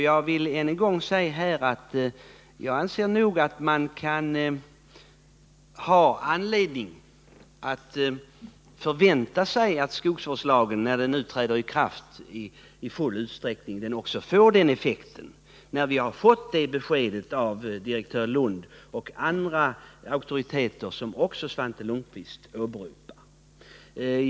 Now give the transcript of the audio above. Jag vill än en gång säga att man nog kan ha anledning förvänta sig att skogsvårdslagen, när den träder i kraft'”i full utsträckning, får den effekten. Vi har ju fått det beskedet av direktör Lundh och andra auktoriteter som också Svante Lundkvist åberopar.